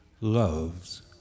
loves